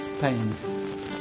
pain